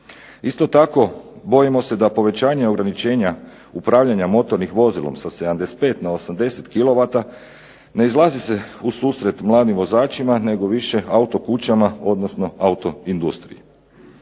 Isto tako, bojimo se da povećanje ograničenja upravljanja motornim vozilom sa 75 na 80 kilovata ne izlazi se u susret mladim vozačima nego više auto kućama, odnosno auto industriji.